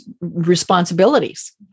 responsibilities